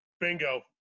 bingo